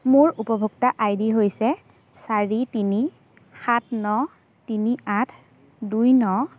মোৰ উপভোক্তা I D হৈছে চাৰি তিনি সাত ন তিনি আঠ দুই ন